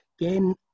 Again